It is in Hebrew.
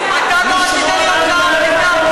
אתה לא רצית להיות שר הקליטה.